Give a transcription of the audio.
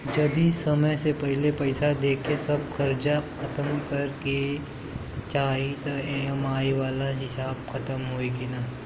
जदी समय से पहिले पईसा देके सब कर्जा खतम करे के चाही त ई.एम.आई वाला हिसाब खतम होइकी ना?